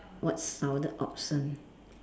what sounded awesome